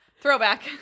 Throwback